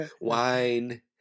Wine